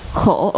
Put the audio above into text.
khổ